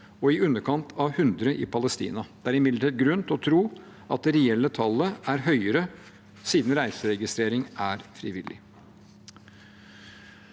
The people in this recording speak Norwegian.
og i underkant av 100 i Palestina. Det er imidlertid grunn til å tro at det reelle tallet er høyere siden reiseregistrering er frivillig.